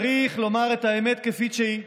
צריך לומר את האמת כפי שהיא,